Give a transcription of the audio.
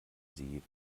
sie